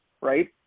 Right